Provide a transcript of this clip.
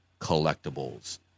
collectibles